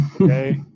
Okay